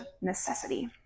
necessity